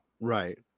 right